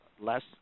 less